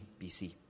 BC